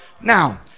Now